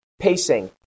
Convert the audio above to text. Pacing